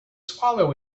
swallow